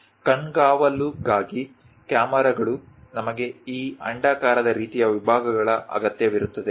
ಕಣ್ಗಾವಲುಗಾಗಿ ಕ್ಯಾಮೆರಾಗಳು ನಮಗೆ ಈ ಅಂಡಾಕಾರದ ರೀತಿಯ ವಿಭಾಗಗಳ ಅಗತ್ಯವಿರುತ್ತದೆ